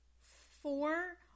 four